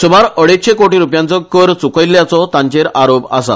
सुमार अडिजशे कोटी रुपयांचो कर चुकयल्ल्याचो तांचेर आरोप आसा